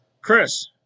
Chris